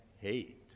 hate